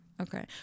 Okay